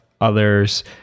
others